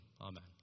Amen